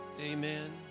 Amen